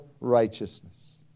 righteousness